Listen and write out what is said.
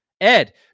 Ed